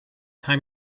time